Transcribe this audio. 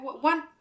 one